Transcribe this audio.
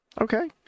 Okay